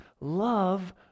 love